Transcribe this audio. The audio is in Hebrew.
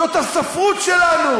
זו הספרות שלנו,